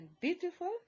beautiful